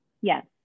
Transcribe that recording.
Yes